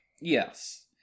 Yes